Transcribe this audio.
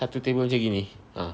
satu table macam gini ah